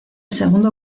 segundo